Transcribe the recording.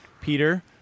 Peter